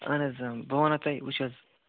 اہن حظ اۭں بہٕ ونو تۄہہِ وٕچھ حظ